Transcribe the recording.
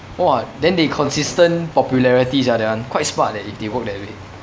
!wah! then they consistent popularity sia that one quite smart leh if they work that way